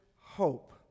hope